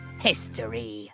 history